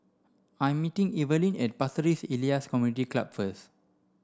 I'm meeting Evalyn at Pasir Ris Elias Community Club first